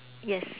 yes